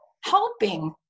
helping